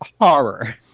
horror